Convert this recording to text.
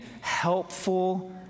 helpful